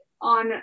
on